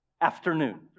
afternoon